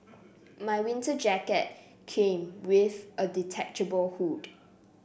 my winter jacket came with a detachable hood